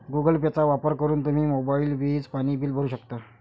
Google पेचा वापर करून तुम्ही मोबाईल, वीज, पाणी बिल भरू शकता